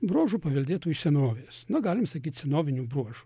bruožų paveldėtų iš senovės na galim sakyti senovinių bruožų